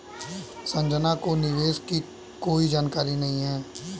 संजना को निवेश की कोई जानकारी नहीं है